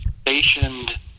stationed